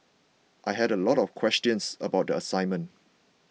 I had a lot of questions about the assignment